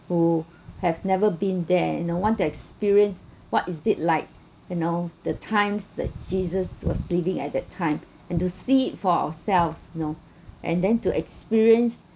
who have never been there and want to experience what is it like you know the times that jesus was sleeping at that time and to see for ourselves you know and then to experience